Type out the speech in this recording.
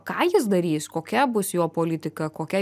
ką jis darys kokia bus jo politika kokia